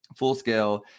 FullScale